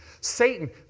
Satan